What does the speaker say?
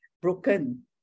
Broken